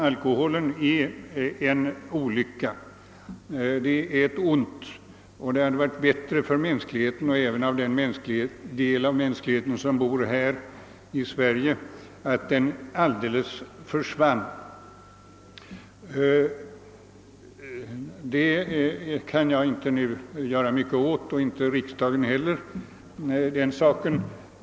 Alkoholen är en olycka och ett ont. det vore bäst för mänskligheten, även för den del av mänskligheten som bor i Sverige, att alkoholen alldeles försvann. Den saken kan jag nu inte göra mycket åt och inte riksdagen heller.